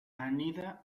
anida